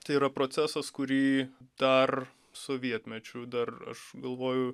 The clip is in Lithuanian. tai yra procesas kurį dar sovietmečiu dar aš galvoju